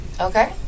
Okay